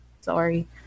Sorry